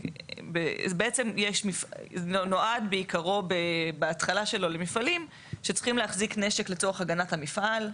נועד בעיקרו בהתחלה שלו למפעלים שצריכים להחזיק נשק לצורך הגנת המפעל,